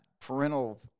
parental